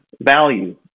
value